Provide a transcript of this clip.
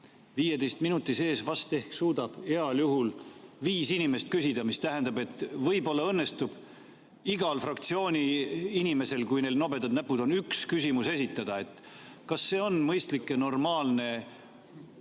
15 minuti sees vast ehk suudab heal juhul viis inimest küsida, mis tähendab, et võib-olla õnnestub igast fraktsioonist ühel inimesel, kui neil nobedad näpud on, üks küsimus esitada. Kas see on mõistlik ja normaalne